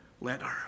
letter